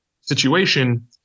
situation